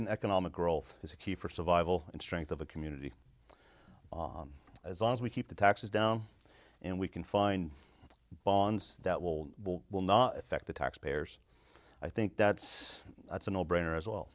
in economic growth is the key for survival and strength of a community as long as we keep the taxes down and we can find bonds that will will will not effect the taxpayers i think that's that's a no brainer as well